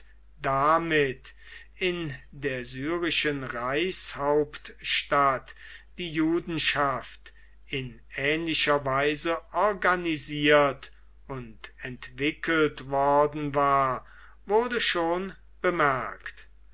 damit in der syrischen reichshauptstadt die judenschaft in ähnlicher weise organisiert und entwickelt worden war wurde schon bemerkt